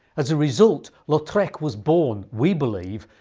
as a result, lautrec was born, we believe,